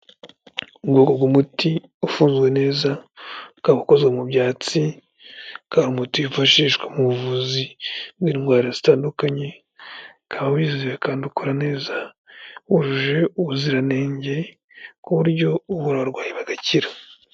Ubwoko bw'umuti ufunzwe neza ukaba ukozwe mu byatsi, akaba ari umuti wifashishwa mu buvuzi bw'indwara zitandukanye, ukaba wizeye kandi ukora neza, wujuje ubuziranenge ku buryo uburarwayi bagakira.